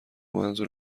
منظور